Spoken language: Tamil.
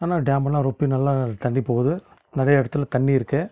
ஆனால் டேமுலாம் ரொம்பி நல்லா தண்ணி போகுது நிறைய இடத்துல தண்ணி இருக்கு